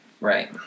Right